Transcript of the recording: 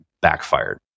backfired